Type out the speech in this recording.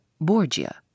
Borgia